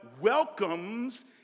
welcomes